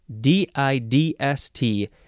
D-I-D-S-T